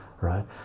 right